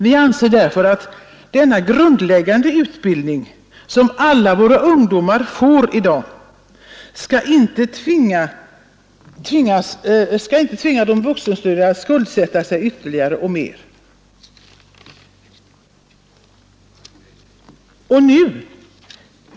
Vi anser därför att denna grundläggande utbildning, som alla våra ungdomar får i dag, inte skall tvinga de vuxenstuderande att skuldsätta sig ytterligare.